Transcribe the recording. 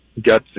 Gutsy